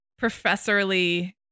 professorly